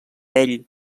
ell